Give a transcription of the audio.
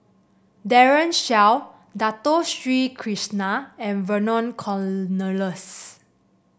Daren Shiau Dato Sri Krishna and Vernon Cornelius